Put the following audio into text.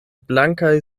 blankaj